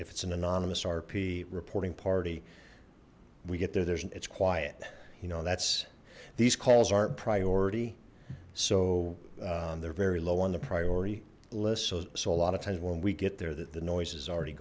it's an anonymous rp reporting party we get there there's it's quiet you know that's these calls aren't priority so they're very low on the priority list so a lot of times when we get there that the noise is already